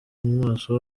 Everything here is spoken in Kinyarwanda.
maso